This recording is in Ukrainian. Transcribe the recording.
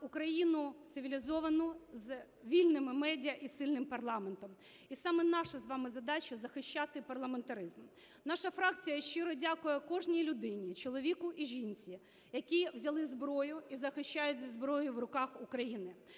Україну цивілізовану з вільними медіа і сильним парламентом, і саме наша з вами задача захищати парламентаризм. Наша фракція щиро дякує кожній людині – чоловіку і жінці, які взяли зброю і захищають зі зброєю в руках Україну.